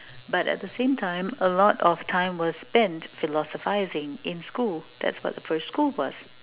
but at the same time a lot of time was spent philosophizing in school that's what the first school was